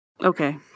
Okay